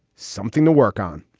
something to work on.